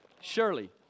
Shirley